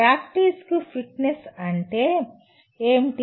ప్రాక్టీస్కు fitness అంటే ఏమిటి